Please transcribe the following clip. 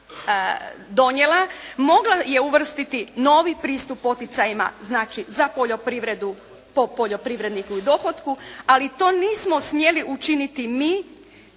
donijela mogla je uvrstiti novi pristup poticajima znači za poljoprivredu po poljoprivredniku i dohotku, ali to nismo smjeli učiniti mi.